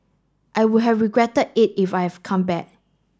I would have regretted it if I've come back